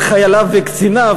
על חייליו וקציניו,